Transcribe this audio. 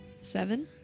Seven